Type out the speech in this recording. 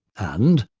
and,